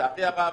לצערי הרב,